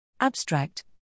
Abstract